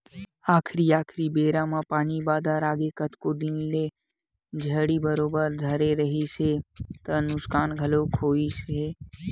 आखरी आखरी बेरा म पानी बादर आगे कतको दिन ले झड़ी बरोबर धरे रिहिस हे त नुकसान घलोक होइस हे